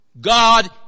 God